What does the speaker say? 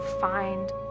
find